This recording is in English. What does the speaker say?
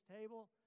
table